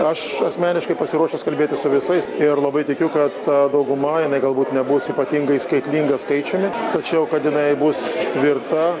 aš asmeniškai pasiruošęs kalbėtis su visais ir labai tikiu kad ta dauguma jinai galbūt nebus ypatingai skaitlinga skaičiumi tačiau kad jinai bus tvirta